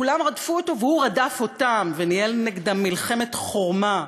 כולם רדפו אותו והוא רדף אותם וניהל נגדם מלחמת חורמה.